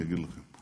ואני אגיד לכם.